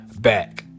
back